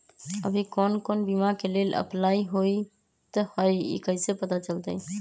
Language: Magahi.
अभी कौन कौन बीमा के लेल अपलाइ होईत हई ई कईसे पता चलतई?